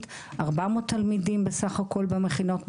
400 תלמידים בסך הכל במכינות בתשע"ח,